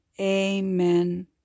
Amen